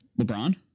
LeBron